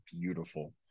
beautiful